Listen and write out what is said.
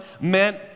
meant